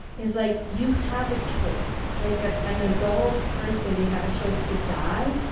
is like, you have a choice. like an adult person, you have a choice to die,